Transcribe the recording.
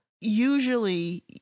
usually